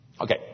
Okay